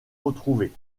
retrouvés